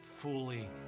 fully